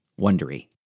Wondery